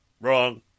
Wrong